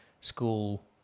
school